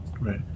Right